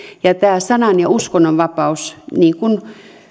että tämä sanan ja uskonnonvapaus niin kuin